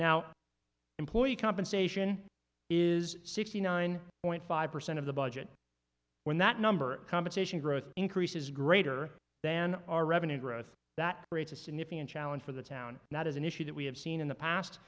now employee compensation is sixty nine point five percent of the budget when that number competition growth increases greater than our revenue growth that creates a significant challenge for the town not as an issue that we have seen in the past